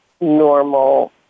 normal